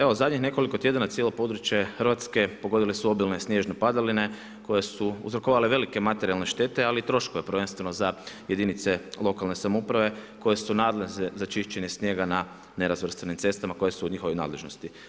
Evo, zadnjih nekoliko tjedana, cijelo područje, Hrvatske, pogodile su obilne snježne padaline koje su uzrokovale velike materijalne štete ali i troškove prvenstveno za jedinice lokalne samouprave, koje su nadležne za čišćenje snijega na nerazvrstanim cestama koje su u njihovom nadležnosti.